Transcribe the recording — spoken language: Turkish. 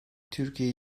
türkiye